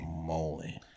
moly